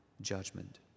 judgment